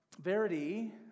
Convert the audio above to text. Verity